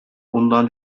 bundan